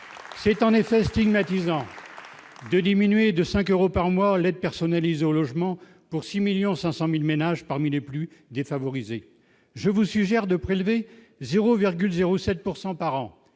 C'est en effet stigmatisant. De diminuer de 5 euros par mois, l'aide personnalisée au logement pour 6 millions 500 1000 ménages parmi les plus défavorisés, je vous suggère de prélever 0,0 7 pourcent